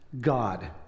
God